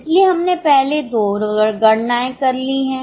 इसलिए पहली दो गणनाएं हमने कर ली है